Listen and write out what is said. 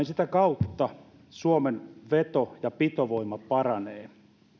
sitä kautta suomen veto ja pitovoima paranee